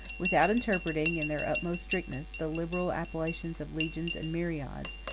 without interpreting, in their utmost strictness, the liberal appellations of legions and myriads,